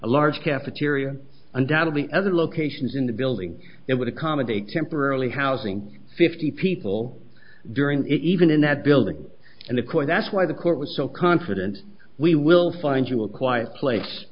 a large cafeteria undoubtedly other locations in the building it would accommodate temporarily housing fifty people during even in that building and of course that's why the court was so confident we will find you a quiet place